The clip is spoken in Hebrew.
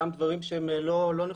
גם דברים שלא נחוצים,